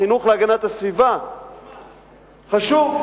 חינוך להגנת הסביבה, חשוב?